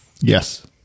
Yes